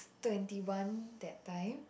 twenty one that time